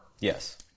Yes